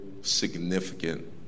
significant